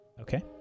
okay